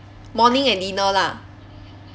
morning and dinner lah